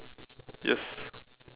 yes